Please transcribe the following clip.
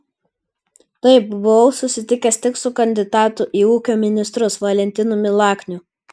taip buvau susitikęs tik su kandidatu į ūkio ministrus valentinu milakniu